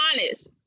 honest